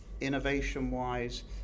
Innovation-wise